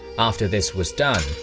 after this was done,